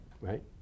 right